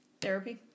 Therapy